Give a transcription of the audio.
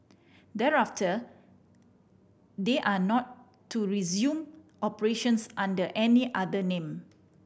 thereafter they are not to resume operations under any other name